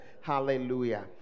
Hallelujah